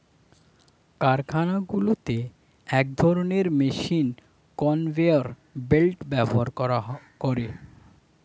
কারখানাগুলোতে এক ধরণের মেশিন কনভেয়র বেল্ট ব্যবহার করে